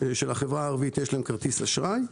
של החברה הערבית יש כרטיס אשראי.